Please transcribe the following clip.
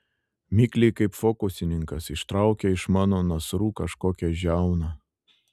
mikliai kaip fokusininkas ištraukė iš mano nasrų kažkokią žiauną